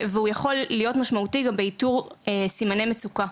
והוא יכול להיות משמעותי גם באיתור סימני מצוקה.